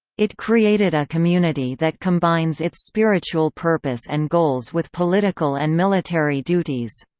it created a community that combines its spiritual purpose and goals with political and military duties.